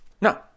No